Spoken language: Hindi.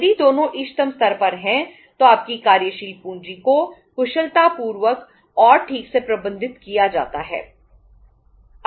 यदि दोनों इष्टतम स्तर पर हैं तो आपकी कार्यशील पूंजी को कुशलतापूर्वक और ठीक से प्रबंधित किया जाता है